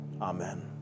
Amen